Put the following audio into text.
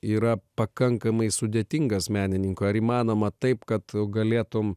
yra pakankamai sudėtingas menininko ar įmanoma taip kad tu galėtum